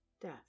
Death